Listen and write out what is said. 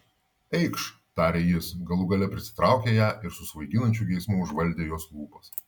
eikš tarė jis galų gale prisitraukė ją ir su svaiginančiu geismu užvaldė jos lūpas